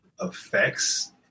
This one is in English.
effects